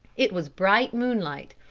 it was bright moonlight,